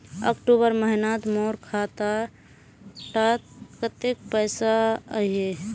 अक्टूबर महीनात मोर खाता डात कत्ते पैसा अहिये?